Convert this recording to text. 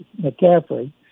McCaffrey